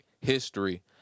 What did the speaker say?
History